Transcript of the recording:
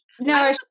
no